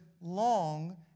long